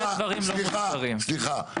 סליחה,